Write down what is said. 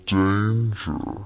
danger